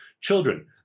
children